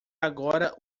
agora